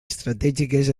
estratègiques